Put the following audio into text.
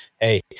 hey